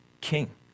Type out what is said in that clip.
king